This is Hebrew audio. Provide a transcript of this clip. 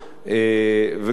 וכמובן,